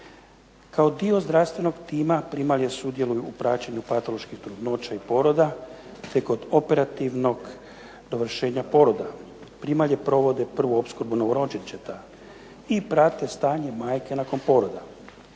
Kao dio zdravstvenog tima primalje sudjeluju u praćenju patoloških trudnoća i poroda kod operativnog dovršenja poroda. Primalje provode prvu opskrbu novorođenčeta, obavljaju nadzor nad